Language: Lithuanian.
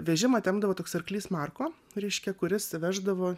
vežimą tempdavo toks arklys marko reiškia kuris veždavo